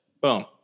boom